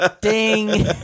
ding